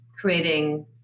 creating